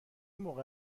موقع